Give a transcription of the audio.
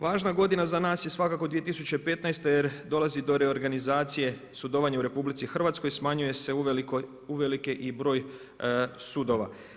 Važna godina za nas je svakako 2015. jer dolazi do reorganizacije sudovanja u RH, smanjuje se uvelike i broj sudova.